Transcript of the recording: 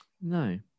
No